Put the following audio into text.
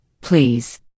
please